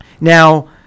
Now